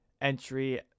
entry